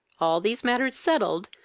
all these matters settled,